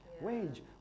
Wage